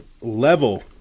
level